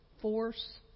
force